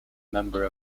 member